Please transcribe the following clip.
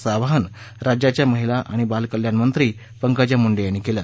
असे आवाहन राज्याच्या महिला आणि बालकल्याणमंत्री पंकजा मुंडे यांनी केलं